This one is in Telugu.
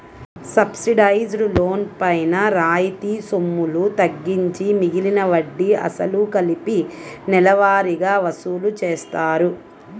సబ్సిడైజ్డ్ లోన్ పైన రాయితీ సొమ్ములు తగ్గించి మిగిలిన వడ్డీ, అసలు కలిపి నెలవారీగా వసూలు చేస్తారు